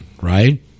right